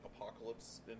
Apocalypse